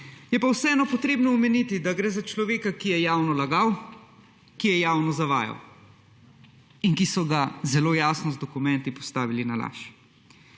Je pa vseeno potrebno omeniti, da gre za človeka, ki je javno lagal, ki je javno zavajal in ki so ga zelo jasno z dokumenti postavili na laž.